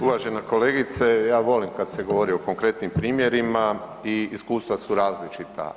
Uvažena kolegice, ja volim kad se govori o konkretnim primjerima i iskustva su različita.